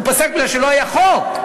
הוא פסק מפני שלא היה חוק.